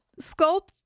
sculpt